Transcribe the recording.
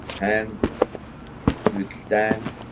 and with stand.